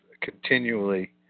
continually